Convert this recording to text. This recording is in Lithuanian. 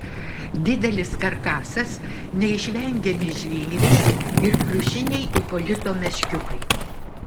didelis karkasas neišvengiami žvėrys ir pliušiniai ipolito meškiukai